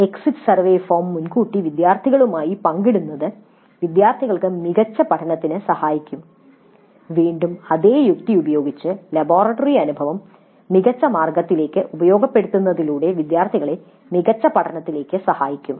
exit survey form മുൻകൂട്ടി വിദ്യാർത്ഥികളുമായി പങ്കിടുന്നത് വിദ്യാർത്ഥികൾക്ക് മികച്ച പഠനത്തിന് സഹായിക്കും വീണ്ടും അതേ യുക്തി ഉപയോഗിച്ച് ലബോറട്ടറി അനുഭവം മികച്ച മാർഗ്ഗത്തിലേക്ക് ഉപയോഗപ്പെടുത്തുന്നതിലൂടെ വിദ്യാർത്ഥികളെ മികച്ച പഠനത്തിന് സഹായിക്കും